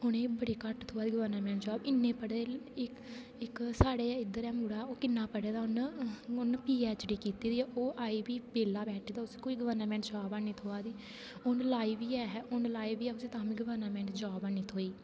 उंहेगी बड़ी घट्ट थ्होआ दी गवर्नामेंट जाॅव इन्नी पढे़ इक साढ़े इद्धर ऐ मुड़ा ओह् किन्ना पढे दा उंहे पिएचडी कीती दी ऐ ओह् अजै बी बेह्ला बैठा दा उसी कोई गवर्नामेंट जाॅव ऐ नेईं थ्होआ दी उंहे लआए बी ऐ तां बी गवर्नामेंट जाॅव है नी थ्होई